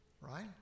right